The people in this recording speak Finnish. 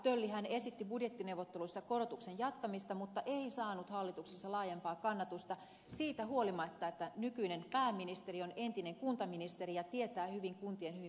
töllihän esitti budjettineuvotteluissa korotuksen jatkamista mutta ei saanut hallituksessa laajempaa kannatusta siitä huolimatta että nykyinen pääministeri on entinen kuntaministeri ja tietää hyvin kuntien hyvin vaikean tilanteen